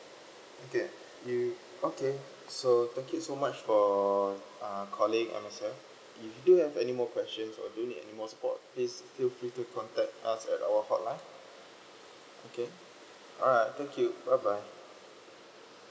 okay you okay so thank you so much for uh calling M_S_F if you do have any more questions or do you need any more support please feel free to contact us at our hotline okay alright thank you bye bye